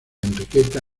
enriqueta